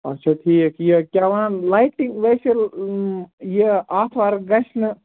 اَچھا ٹھیٖک یہِ کیٛاہ وَنان لایٹِنٛگ ویسے یہِ آتھوار گَژھِ نہٕ